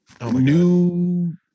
new